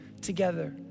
together